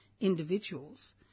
individuals